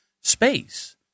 space